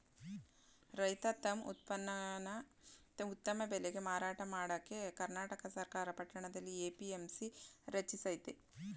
ರೈತ ತಮ್ ಉತ್ಪನ್ನನ ಉತ್ತಮ ಬೆಲೆಗೆ ಮಾರಾಟ ಮಾಡಕೆ ಕರ್ನಾಟಕ ಸರ್ಕಾರ ಪಟ್ಟಣದಲ್ಲಿ ಎ.ಪಿ.ಎಂ.ಸಿ ರಚಿಸಯ್ತೆ